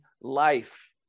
life